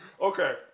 Okay